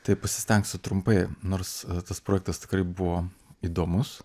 taip pasistengsiu trumpai nors tas projektas tikrai buvo įdomus